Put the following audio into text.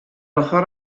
ochr